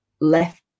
left